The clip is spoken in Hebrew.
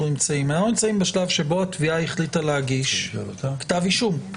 אנו נמצאים בשלב שבו התביעה החליטה להגיש כתב אישום.